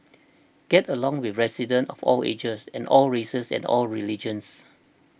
gets along with residents of all ages and all races and all religions